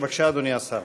בבקשה, אדוני השר.